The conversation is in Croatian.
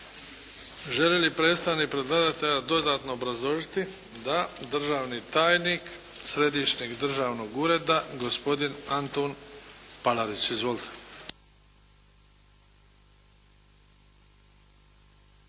Želi li predstavnik predlagatelja dodatno obrazložiti? Da. Državni tajnik Središnjeg državnog ureda, gospodin Antun Palarić. Izvolite.